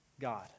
God